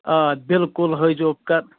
آ بِلکُل ہٲوزیٚوکھ ک